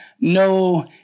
no